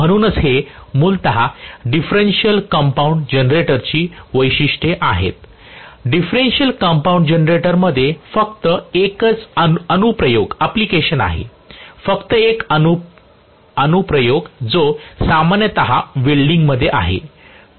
म्हणूनच हे मूलत डिफरेन्शिअल कंपाऊंड जनरेटरची वैशिष्ट्ये आहेत डिफरेन्शिअल कंपाऊंड जनरेटरमध्ये फक्त एकच अनुप्रयोग आहे फक्त एक अनुप्रयोग जो सामान्यत वेल्डिंगमध्ये आहे